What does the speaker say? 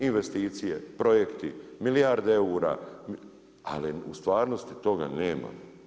Investicije, projekti, milijarde eura, ali u stvarnosti toga nema.